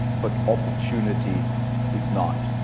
but opportunity is not.